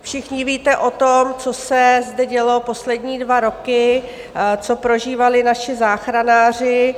Všichni víte o tom, co se zde dělo poslední dva roky, co prožívali naši záchranáři.